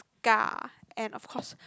Scar and of course